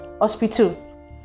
hospital